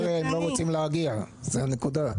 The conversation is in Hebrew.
רוצים להגיע, זו הנקודה.